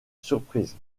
surprise